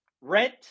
Rent